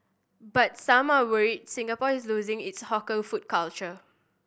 but some are worried Singapore is losing its hawker food culture